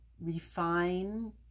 refine